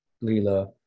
lila